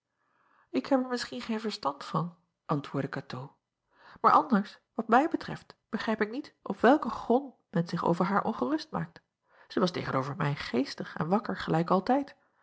k heb er misschien geen verstand van antwoordde atoo maar anders wat mij betreft begrijp ik niet op welken grond men zich over haar ongerust maakt ij was tegen-over mij geestig en wakker gelijk altijd